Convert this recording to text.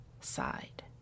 side